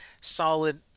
solid